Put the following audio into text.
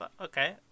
okay